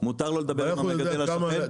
מותר לו לדבר עם המגדל השכן?